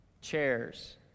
Chairs